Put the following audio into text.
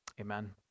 Amen